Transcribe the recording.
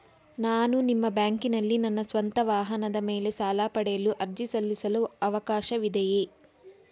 ನಾನು ನಿಮ್ಮ ಬ್ಯಾಂಕಿನಲ್ಲಿ ನನ್ನ ಸ್ವಂತ ವಾಹನದ ಮೇಲೆ ಸಾಲ ಪಡೆಯಲು ಅರ್ಜಿ ಸಲ್ಲಿಸಲು ಅವಕಾಶವಿದೆಯೇ?